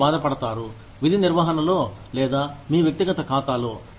మీరు బాధపడతారు విధి నిర్వహణలో లేదా మీ వ్యక్తిగత ఖాతాలో